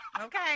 okay